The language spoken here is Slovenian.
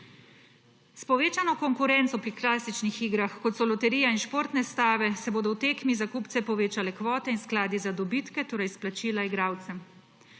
S povečano konkurenco pri klasičnih igrah, kot so loterija in športne stave, se bodo v tekmi za kupce povečale kvote in skladi za dobitke, torej izplačila igralcem.